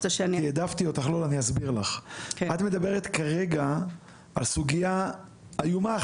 את מדברת כרגע על סוגיה אחרת איומה,